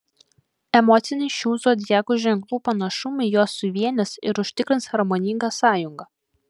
emociniai šių zodiako ženklų panašumai juos suvienys ir užtikrins harmoningą sąjungą